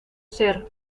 ser